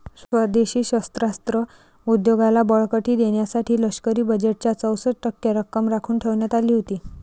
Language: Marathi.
स्वदेशी शस्त्रास्त्र उद्योगाला बळकटी देण्यासाठी लष्करी बजेटच्या चौसष्ट टक्के रक्कम राखून ठेवण्यात आली होती